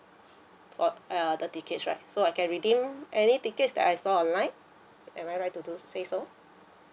for err the tickets right so I can redeem any tickets that I saw online am I right to do say so